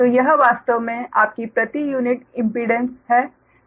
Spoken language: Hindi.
तो यह वास्तव में आपकी प्रति यूनिट इम्पीडेंस है